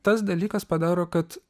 tas dalykas padaro kad